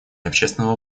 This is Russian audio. общественного